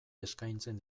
eskaintzen